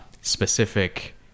specific